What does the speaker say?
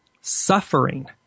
Suffering